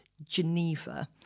Geneva